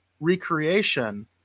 recreation